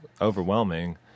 overwhelming